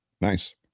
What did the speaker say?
Nice